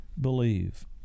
believe